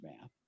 math